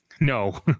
no